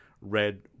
red